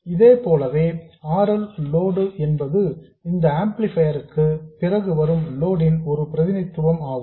இதைப் போலவே R L load என்பது இந்த ஆம்ப்ளிஃபையர் க்கு பிறகு வரும் லோடு ன் ஒரு பிரதிநிதித்துவம் ஆகும்